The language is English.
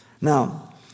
Now